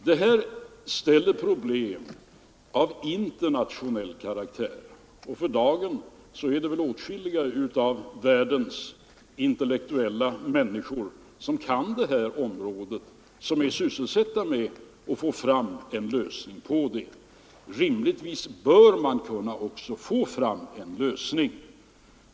Det här ger problem av internationell karaktär, och för dagen är åtskilliga av de intellektuella människor i världen, som kan detta område, sysselsatta med att få fram en lösning. Rimligtvis bör man kunna få fram en lösning.